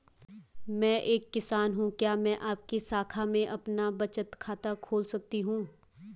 मैं एक किसान हूँ क्या मैं आपकी शाखा में अपना बचत खाता खोल सकती हूँ?